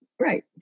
Right